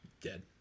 Dead